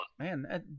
man